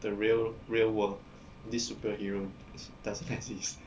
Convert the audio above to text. the real real world this superhero doesn't exist then uh